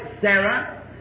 Sarah